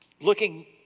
Looking